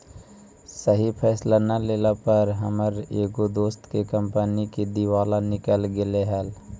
सही फैसला न लेला पर हमर एगो दोस्त के कंपनी के दिवाला निकल गेलई हल